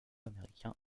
américain